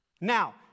Now